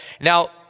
Now